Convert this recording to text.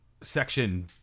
section